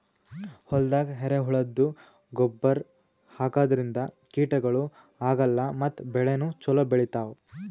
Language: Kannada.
ಹೊಲ್ದಾಗ ಎರೆಹುಳದ್ದು ಗೊಬ್ಬರ್ ಹಾಕದ್ರಿನ್ದ ಕೀಟಗಳು ಆಗಲ್ಲ ಮತ್ತ್ ಬೆಳಿನೂ ಛಲೋ ಬೆಳಿತಾವ್